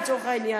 לצורך העניין,